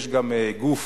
יש גם גוף